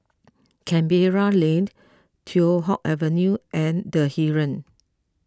Canberra Lane Teow Hock Avenue and the Heeren